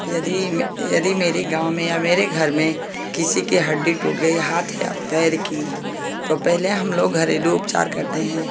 यदि यदि मेरे गाँव में मेरे घर में किसी की हड्डी टूट गई है हाँथ की या पैर कि तो पहले हम लोग घरेलू उपचार करते हैं